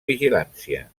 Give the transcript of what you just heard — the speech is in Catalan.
vigilància